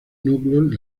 núcleos